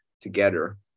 together